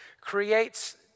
creates